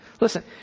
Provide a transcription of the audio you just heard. Listen